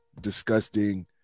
disgusting